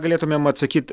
galėtumėm atsakyt